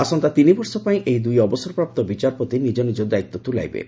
ଆସନ୍ତା ତିନି ବର୍ଷ ପାଇଁ ଏହି ଦୁଇ ଅବସରପ୍ରାପ୍ତ ବିଚାରପତି ନିଜ ନିଜ ଦାୟିତ୍ୱ ତୁଲାଇବେ